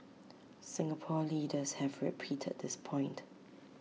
Singapore leaders have repeated this point